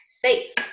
Safe